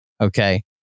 Okay